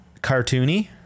cartoony